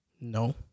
no